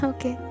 Okay